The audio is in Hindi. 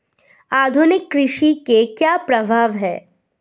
आधुनिक कृषि के क्या प्रभाव हैं?